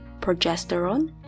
progesterone